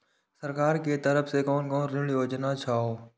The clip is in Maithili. सरकार के तरफ से कोन कोन ऋण योजना छै?